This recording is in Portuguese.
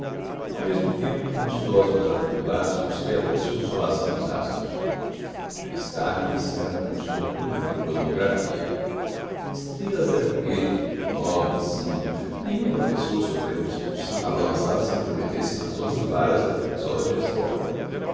ao mesmo tempo como os filósofos atribulados busquei a doce consolação dos astros aristarco iniciara um curso noturno de cosmografia estrelas era com ele o nobre ensino nenhum professor sob pena de expulsão abalançava se a intrometer-se nas onze varas da camisola de astrólogo